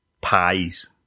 pies